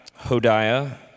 Hodiah